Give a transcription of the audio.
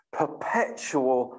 perpetual